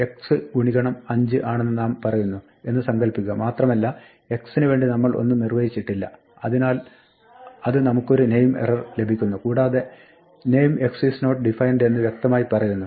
y x 5 ആണെന്ന് നാം പറയുന്നു എന്ന് സങ്കല്പിക്കുക മാത്രമല്ല x ന് വേണ്ടി നമ്മൾ ഒന്നും നിർവ്വചിച്ചിട്ടില്ല അതിനാൽ അത് നമുക്കൊരു നെയിം എറർ ലഭിക്കുന്നു കൂടാതെ "name x is not defined" എന്ന് വ്യക്തമായി പറയുന്നു